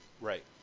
right